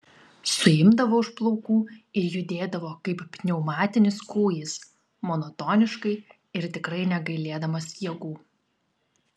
suimdavo už plaukų ir judėdavo kaip pneumatinis kūjis monotoniškai ir tikrai negailėdamas jėgų